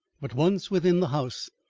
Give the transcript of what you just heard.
but once within the house,